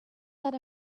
that